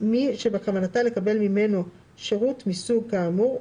ידי מי שבכוונתה לקבל ממנו שירות מסוג כאמור,